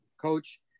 coach